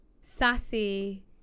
sassy